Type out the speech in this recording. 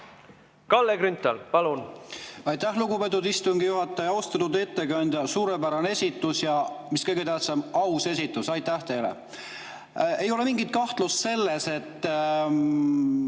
Kalle Grünthal, palun!